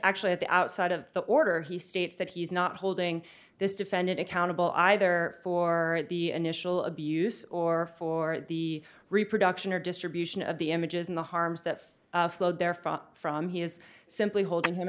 actually at the outside of the order he states that he's not holding this defendant accountable either for the initial abuse or for the reproduction or distribution of the images in the harms that's flowed there from from he is simply holding him